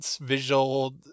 visual